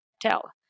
tell